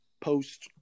post